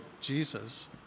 Jesus